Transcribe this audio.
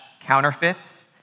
counterfeits